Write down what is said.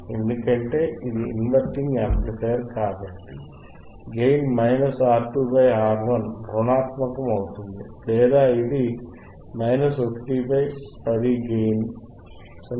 ఎందుకంటే ఇది inverting amplifier కాబట్టి గైన్ R2R1 ఋణాత్మకమవుతుంది లేదా ఇది 1 10 గెయిన్ 0